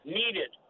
needed